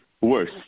worse